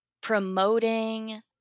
promoting